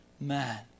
man